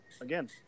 again